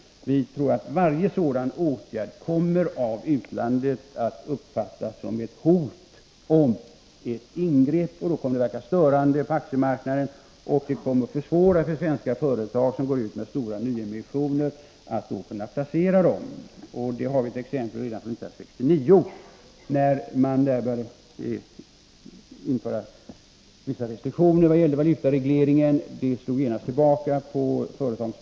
Vi tror att varje sådan åtgärd av utlandet kommer att uppfattas som ett hot och ett ingrepp och kommer att verka störande på aktiemarknaden. Det kommer att försvåra för svenska företag som går ut med stora nyemissioner att placera dessa. Det har vi ett exempel på från 1969, då man började införa vissa restriktioner när det gällde aktiehandeln.